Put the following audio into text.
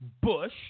Bush